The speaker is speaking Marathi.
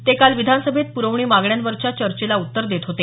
ते काल विधानसभेत प्रवणी मागण्यांवरच्या चर्चेला उत्तर देत होते